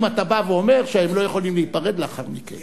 אם אתה בא ואומר שהם לא יכולים להיפרד לאחר מכן.